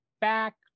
back